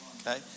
okay